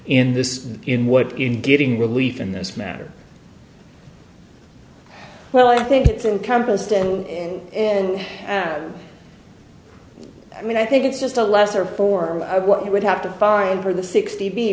in this in what in getting relief in this matter well i think it's an compassed and and i mean i think it's just a lesser form of what you would have to find for the sixty